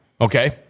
Okay